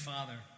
Father